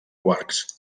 quarks